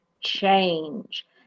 change